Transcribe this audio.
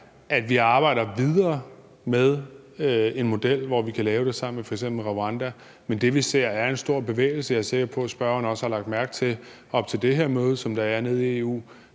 at vi arbejder videre med en model, hvor vi kan lave det sammen med f.eks. Rwanda. Men det, vi ser, er en stor bevægelse. Jeg er sikker på, spørgeren op til det her møde, der er nede i EU,